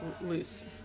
Loose